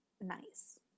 Nice